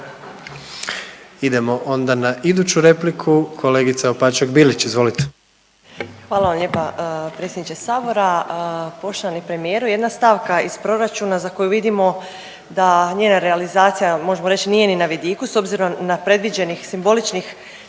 Idemo onda na iduću repliku, kolegica Opačak Bilić. Izvolite. **Opačak Bilić, Marina (Nezavisni)** Hvala vam lijepa predsjedniče Sabora. Poštovani premijeru jedna stavka iz proračuna za koju vidimo da njena realizacija možemo reći nije ni na vidiku s obzirom na predviđenih simboličnih